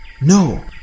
No